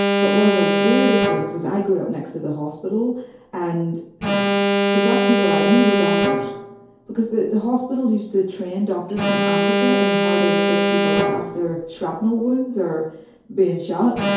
but one of the weirdest things was i grew up next to the hospital and the black people i knew were doctors because the the hospital used to train doctors from africa in how to stitch people up after shrapnel wounds or being shot.